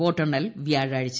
വോട്ടെണ്ണൽ വ്യാഴാഴ്ച